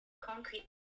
concrete